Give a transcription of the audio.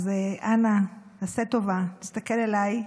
אז אנא, עשה טובה, תסתכל אליי,